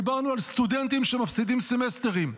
דיברנו על סטודנטים שמפסידים סמסטרים,